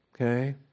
Okay